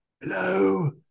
Hello